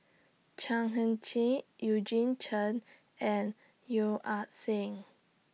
Chan Heng Chee Eugene Chen and Yeo Ah Seng